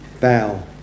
bow